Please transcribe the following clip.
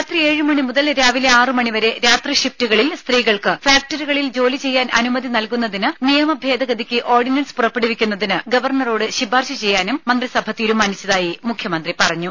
രാത്രി ഏഴു മണി മുതൽ രാവിലെ ആറു മണി വരെ രാത്രി ഷിഫ്റ്റുകളിൽ സ്ത്രീകൾക്ക് ഫാക്ടറികളിൽ ജോലി ചെയ്യാൻ അനുമതി നൽകുന്നതിന് നിയമഭേദഗതിക്ക് ഓർഡിനൻസ് പുറപ്പെടുവിക്കുന്നതിന് ഗവർണറോട് ശുപാർശ ചെയ്യാനും മന്ത്രിസഭ തീരുമാനിച്ചതായി മുഖ്യമന്ത്രി പറഞ്ഞു